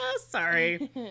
Sorry